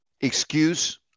excuse